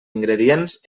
ingredients